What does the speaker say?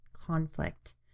conflict